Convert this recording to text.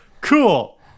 Cool